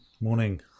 Morning